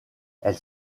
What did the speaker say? elle